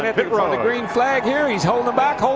the green flag here, he's holding them back, um